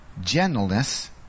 gentleness